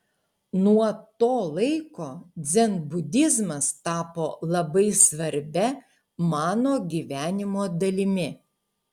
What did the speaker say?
nuo to laiko dzenbudizmas tapo labai svarbia mano gyvenimo dalimi